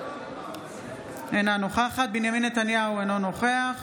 אינה נוכחת בנימין נתניהו, אינו נוכח